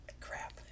Crap